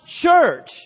church